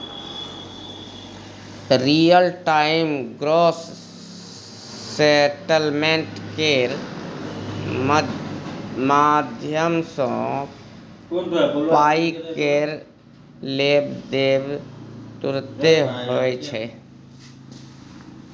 real time gross settlement केर माध्यमसँ पाइ केर लेब देब तुरते होइ छै